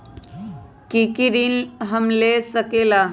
की की ऋण हम ले सकेला?